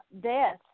Death